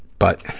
but.